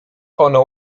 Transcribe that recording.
ono